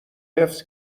حفظ